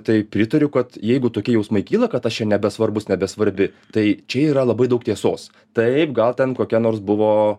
tai pritariu kad jeigu tokie jausmai kyla kad aš čia nebesvarbus nebesvarbi tai čia yra labai daug tiesos taip gal ten kokie nors buvo